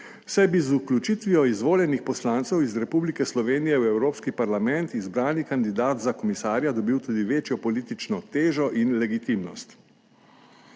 bi z vključitvijo izvoljenih poslancev iz Republike Slovenije v Evropski parlament izbrani kandidat za komisarja dobil tudi večjo politično težo in legitimnost.